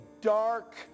dark